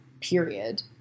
period